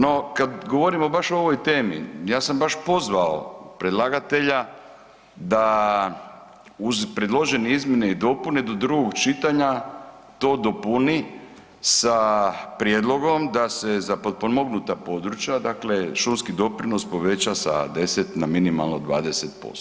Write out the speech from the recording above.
No, kad govorimo baš o ovoj temi ja sam baš pozvao predlagatelja da uz predložene izmjene i dopune do drugog čitanja to dopuni sa prijedlogom da se za potpomognuta područja, dakle šumski doprinos poveća sa 10 na minimalno 20%